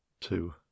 Two